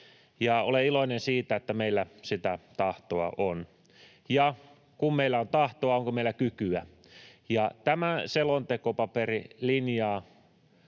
olen iloinen siitä, että meillä sitä tahtoa on — ja kun meillä on tahtoa, onko meillä kykyä. Tämä selontekopaperi linjaa